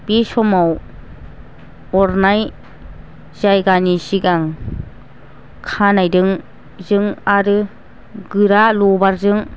बे समाव अरनाय जायगानि सिगां खानायदोंजों आरो गोरा लबारजों